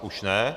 Už ne.